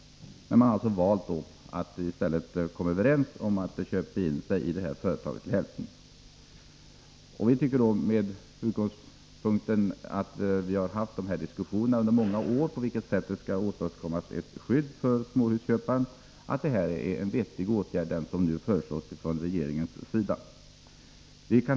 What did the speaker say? Men man har alltså valt att komma 13 december 1983 ÖVerens om att till hälften köpa in sig i AB Bostadsgaranti. Med utgångspunkt i att vi har haft diskussioner under många år om på vilket sätt man skall åstadkomma ett skydd för småhusköparen tycker vi att Garanti och för ::: E H det som nu föreslås från regeringens sida är en vettig åtgärd.